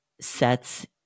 sets